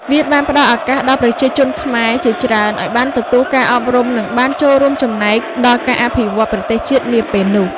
វាបានផ្តល់ឱកាសដល់ប្រជាជនខ្មែរជាច្រើនឱ្យទទួលបានការអប់រំ និងបានរួមចំណែកដល់ការអភិវឌ្ឍប្រទេសជាតិនាពេលនោះ។